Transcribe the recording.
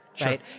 right